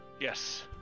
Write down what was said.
Yes